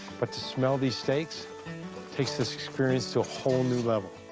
but to smell these steaks takes this experience to a whole new level.